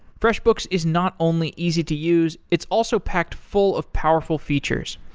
freshbooks is not only easy to use, it's also packed full of powerful features.